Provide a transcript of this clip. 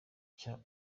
cya